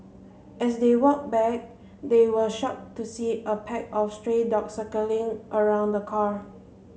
as they walked back they were shocked to see a pack of stray dogs circling around the car